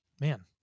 Man